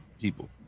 people